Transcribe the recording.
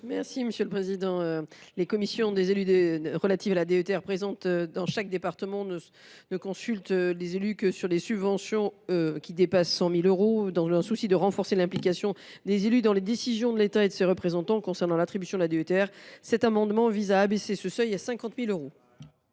l’amendement n° II 369. Les commissions d’élus de la DETR présentes dans chaque département ne consultent les élus que sur les subventions dont le montant dépasse 100 000 euros. Dans un souci de renforcer l’implication des élus dans les décisions de l’État et de ses représentants concernant l’attribution de la DETR, cet amendement vise à abaisser ce seuil à 50 000 euros.